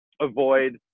avoid